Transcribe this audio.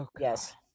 yes